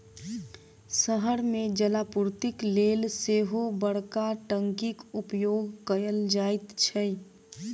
शहर मे जलापूर्तिक लेल सेहो बड़का टंकीक उपयोग कयल जाइत छै